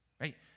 Right